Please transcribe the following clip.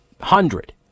hundred